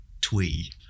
twee